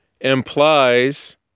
implies